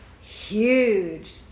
huge